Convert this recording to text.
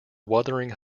wuthering